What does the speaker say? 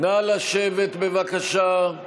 נא לשבת, בבקשה.